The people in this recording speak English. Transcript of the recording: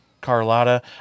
Carlotta